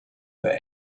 were